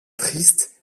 triste